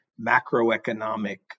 macroeconomic